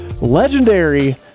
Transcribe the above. legendary